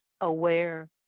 aware